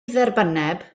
dderbynneb